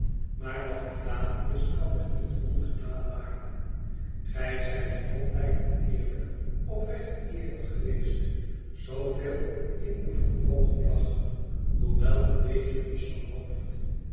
maar wat gedaan is kan men niet ongedaan maken gij zijt altijd een eerlijke oprechte kerel geweest zooveel in uw vermogen lag hoewel een beetje los van hoofd